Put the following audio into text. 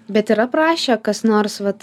bet yra prašę kas nors vat